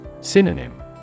Synonym